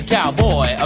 Cowboy